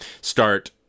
start